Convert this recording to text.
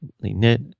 knit